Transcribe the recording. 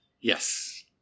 Yes